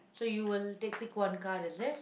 so you will take pick one card is it